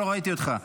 מסקנות ועדת החינוך,